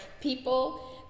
people